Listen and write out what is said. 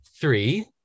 three